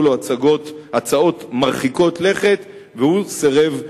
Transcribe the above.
לו הצעות מרחיקות לכת והוא סירב לקבלן.